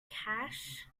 cash